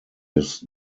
his